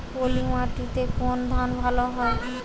পলিমাটিতে কোন ধান ভালো হয়?